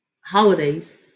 holidays